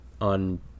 on